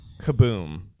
kaboom